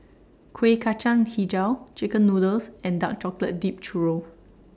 Kueh Kacang Hijau Chicken Noodles and Dark Chocolate Dipped Churro